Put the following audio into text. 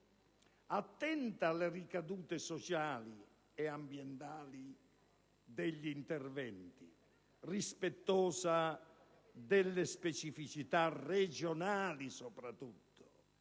attenta alle ricadute sociali e ambientali degli interventi, rispettosa delle specificità regionali, soprattutto,